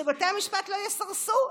שבתי המשפט לא יסרסו.